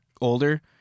older